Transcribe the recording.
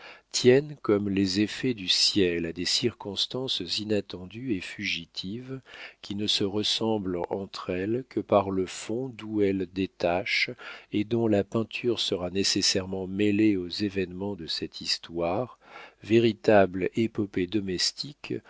tiennent comme les effets du ciel à des circonstances inattendues et fugitives qui ne se ressemblent entre elles que par le fond d'où elles détachent et dont la peinture sera nécessairement mêlée aux événements de cette histoire véritable épopée domestique